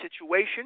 situation